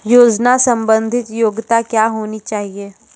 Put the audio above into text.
योजना संबंधित योग्यता क्या होनी चाहिए?